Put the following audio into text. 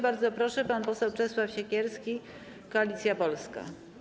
Bardzo proszę, pan poseł Czesław Siekierski, Koalicja Polska.